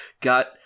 got